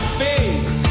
face